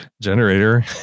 generator